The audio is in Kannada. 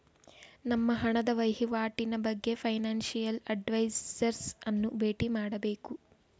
ನಮ್ಮ ಹಣದ ವಹಿವಾಟಿನ ಬಗ್ಗೆ ಫೈನಾನ್ಸಿಯಲ್ ಅಡ್ವೈಸರ್ಸ್ ಅನ್ನು ಬೇಟಿ ಮಾಡಬೇಕು